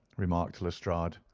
remarked lestrade.